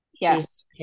Yes